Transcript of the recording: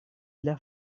для